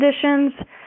conditions